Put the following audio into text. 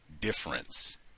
difference